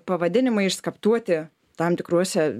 pavadinimai išskaptuoti tam tikruose